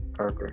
Okay